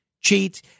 cheat